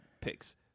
picks